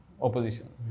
opposition